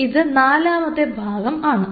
ഇത് നാലാമത്തെ പാഠഭാഗം ആണ്